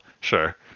sure